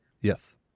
Yes